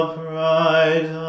pride